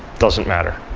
doesn't matter.